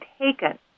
taken